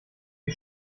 die